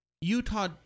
Utah